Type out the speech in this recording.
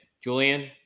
Julian